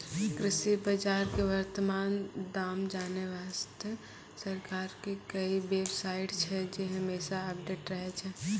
कृषि बाजार के वर्तमान दाम जानै वास्तॅ सरकार के कई बेव साइट छै जे हमेशा अपडेट रहै छै